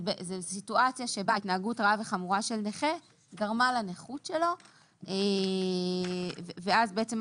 זאת סיטואציה בה התנהגות רעה וחמורה של נכה גרמה לנכות שלו ואז מה